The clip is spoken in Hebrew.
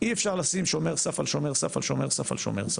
אי אפשר לשים שומר סף על שומר סף על שומר סף על שומר סף.